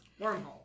Wormhole